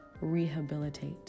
rehabilitate